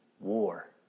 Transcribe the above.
war